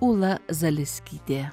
ula zaleskytė